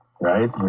right